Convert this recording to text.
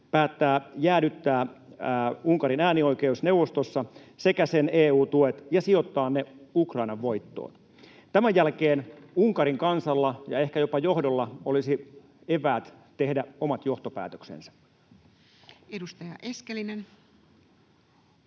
päättää jäädyttää Unkarin äänioikeus neuvostossa sekä sen EU-tuet ja sijoittaa ne Ukrainan voittoon. Tämän jälkeen Unkarin kansalla ja ehkä jopa johdolla olisi eväät tehdä omat johtopäätöksensä. [Speech